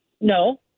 no